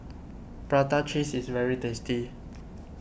Prata Cheese is very tasty